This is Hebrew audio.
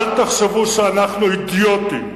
אל תחשבו שאנחנו אידיוטים.